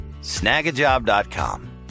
snagajob.com